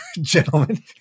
gentlemen